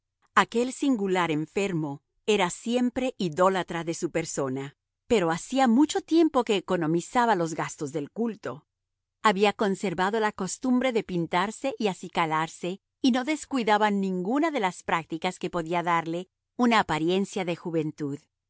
aquel singular enfermo era siempre idólatra de su persona pero hacía mucho tiempo que economizaba los gastos del culto había conservado la costumbre de pintarse y acicalarse y no descuidaba ninguna de las prácticas que podían darle una apariencia de juventud